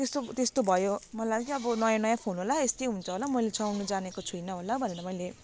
त्यस्तो त्यस्तो भयो मलाई लाग्यो अब नयाँ नयाँ फोन होला यस्तै हुन्छ होला मैले चलाउनु जानेको छुइनँ होला भनेर मैले